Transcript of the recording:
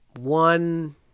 One